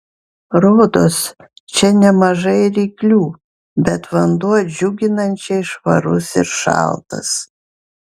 rodos čia nemažai ryklių bet vanduo džiuginančiai švarus ir šaltas